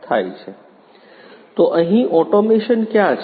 તો અહીં ઓટોમેશન ક્યાં છે